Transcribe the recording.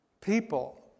People